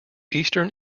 eastern